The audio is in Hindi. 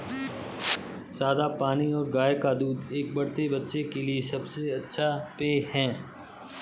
सादा पानी और गाय का दूध एक बढ़ते बच्चे के लिए सबसे अच्छा पेय हैं